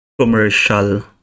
Commercial